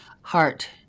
heart